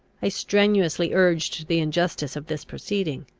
i strenuously urged the injustice of this proceeding.